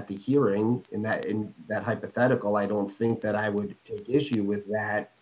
t the hearing in that in that hypothetical i don't think that i would issue with that